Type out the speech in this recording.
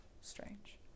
strange